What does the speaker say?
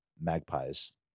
magpies